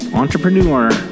entrepreneur